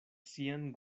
sian